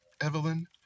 Evelyn